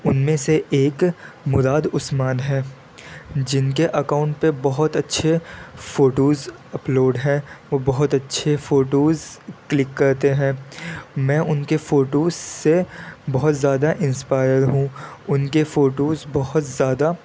ان میں سے ایک مداد عثمان ہے جن کے اکاؤنٹ پہ بہت اچھے فوٹوز اپلوڈ ہیں وہ بہت اچھے فوٹوز کلک کرتے ہیں میں ان کے فوٹوز سے بہت زیادہ انسپائر ہوں ان کے فوٹوز بہت زیادہ